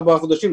ארבעה חודשים,